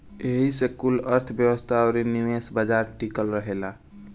एही से कुल अर्थ्व्यवस्था अउरी निवेश बाजार टिकल रहेला